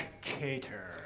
Cater